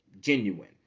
genuine